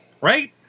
right